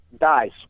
dies